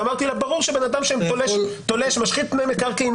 אמרתי שזה ברור לגבי אדם שמשחית פני מקרקעין,